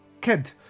kid